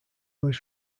was